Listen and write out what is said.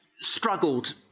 struggled